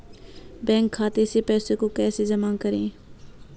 Bank खाते से पैसे को कैसे जमा करें?